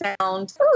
sound